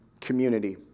community